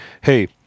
hey